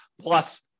plus